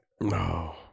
no